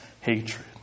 hatred